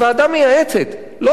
לא ועדה שקובעת לבד.